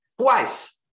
twice